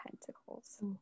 Pentacles